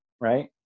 right